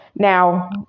Now